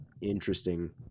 interesting